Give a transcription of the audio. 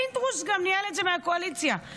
פינדרוס מהקואליציה גם ניהל את זה.